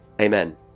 Amen